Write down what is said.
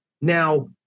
Now